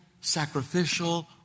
sacrificial